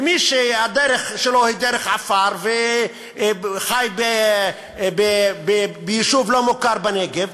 ומי שהדרך שלו היא דרך עפר והוא חי ביישוב לא מוכר בנגב,